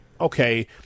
Okay